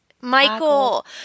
Michael